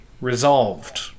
resolved